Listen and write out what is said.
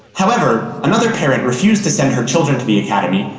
however, another parent refused to send her children to the academy,